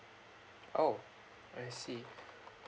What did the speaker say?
oh I see